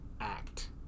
act